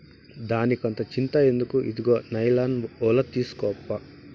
దానికంత చింత ఎందుకు, ఇదుగో నైలాన్ ఒల తీస్కోప్పా